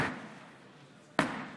יקירותיי ויקיריי,